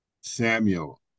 Samuel